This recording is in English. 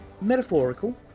Metaphorical